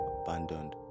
abandoned